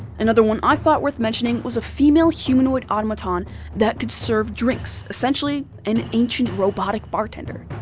another one i thought worth mentioning was a female humanoid automaton that could serve drinks, essentially an ancient robotic bartender.